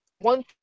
One